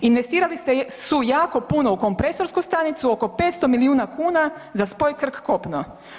Investirali su jako puno u kompresorsku stanicu oko 500 milijuna kuna za spoj Krk kopno.